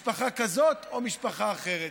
משפחה כזאת או משפחה אחרת.